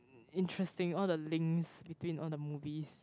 interesting all the links between all the movies